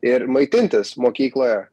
ir maitintis mokykloje